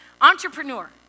Entrepreneur